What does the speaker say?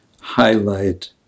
highlight